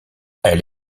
elle